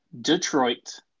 Detroit